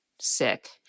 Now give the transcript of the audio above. sick